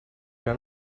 que